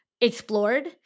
explored